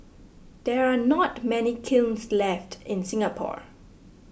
there are not many kilns left in Singapore